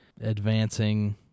advancing